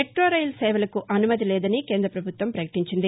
metro రైలు సేవలకు అనుమతి లేదని కేంద్ర ప్రభుత్వం ప్రకటించింది